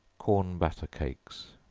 corn batter cakes.